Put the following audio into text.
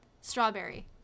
Strawberry